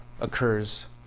occurs